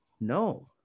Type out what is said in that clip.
No